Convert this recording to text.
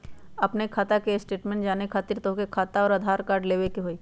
आपन खाता के स्टेटमेंट जाने खातिर तोहके खाता अऊर आधार कार्ड लबे के होइ?